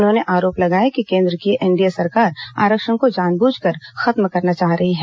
उन्होंने आरोप लगाया कि केंद्र की एनडीए सरकार आरक्षण को जानबूझकर खत्म करना चाह रही है